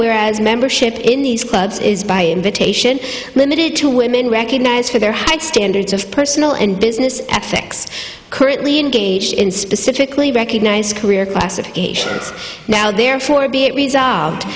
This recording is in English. whereas membership in these clubs is by invitation limited to women recognized for their high standards of personal and business ethics currently engaged in specifically recognize career classification it's now therefore be it resolved